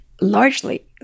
largely